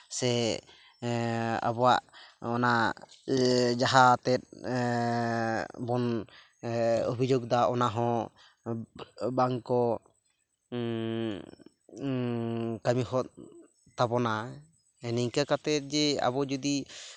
ᱥᱮ ᱟᱵᱚᱣᱟᱜ ᱚᱱᱟ ᱡᱟᱦᱟᱸ ᱛᱮᱫ ᱵᱚᱱ ᱚᱵᱷᱤᱡᱳᱜᱽᱫᱟ ᱚᱱᱟᱦᱚᱸ ᱵᱟᱝᱠᱚ ᱠᱟᱹᱢᱤᱦᱚᱫ ᱛᱟᱵᱚᱱᱟ ᱱᱤᱝᱠᱟᱹ ᱠᱟᱛᱮᱜ ᱡᱮ ᱟᱵᱚ ᱡᱩᱫᱤ